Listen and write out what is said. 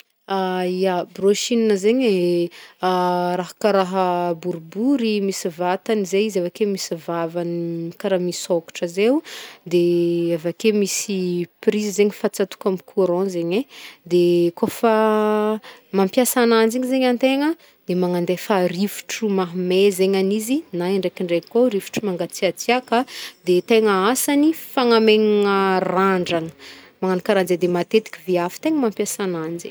Brushing zegny e, raha karaha boribory misy vatany zay izy avake misy vavany karaha misokatra zay o, de avake misy prise zegny fatsatoka amy courant zegny e, de kaofa mampiasa agnanjy izy zegny antegna de magnandefa rivotro mamey zegny agn'izy, na indraikindraiky koa rivotro mangatsiatsiaka, ny tegna asagny fanamaignagna randrana, magnagno karahanjegny, matetiky viavy tegna mampiasa agnanjy.